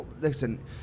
listen